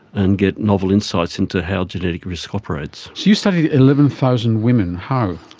and get novel insights into how genetic risk operates. so you studied eleven thousand women. how?